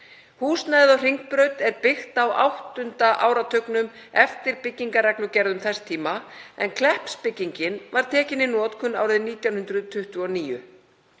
Húsnæðið á Hringbraut er byggt á áttunda áratugnum eftir byggingarreglugerðum þess tíma en Kleppsbyggingin var tekin í notkun árið 1929.